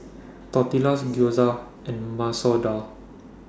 Tortillas Gyoza and Masoor Dal